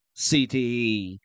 CTE